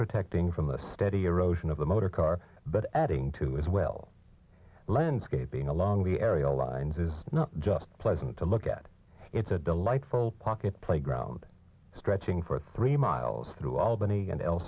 protecting from the steady erosion of the motor car but adding to as well landscaping along the area lines is not just pleasant to look at it's a delightful pocket playground stretching for three miles through albany